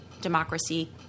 democracy